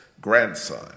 grandson